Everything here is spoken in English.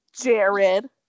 Jared